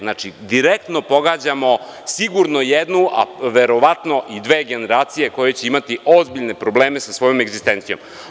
Znači, direktno pogađamo sigurno jednu, a verovatno i dve generacije koje će imati ozbiljne probleme sa svojom egzistencijom.